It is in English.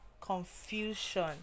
confusion